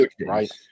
right